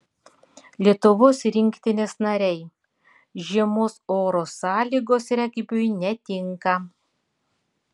lietuvos rinktinės nariai žiemos oro sąlygos regbiui netinka